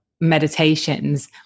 meditations